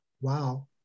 Wow